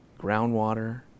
groundwater